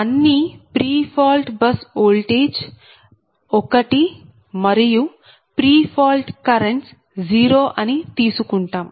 అన్నీ pre fault bus voltage 1 మరియు pre fault currents 0 అని తీసుకుంటాం